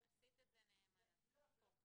לא, אני שואל אותך באמת.